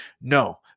No